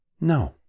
No